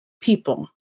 people